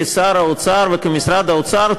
כשר האוצר וכמשרד האוצר,